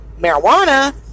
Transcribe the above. marijuana